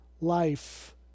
life